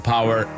Power